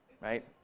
right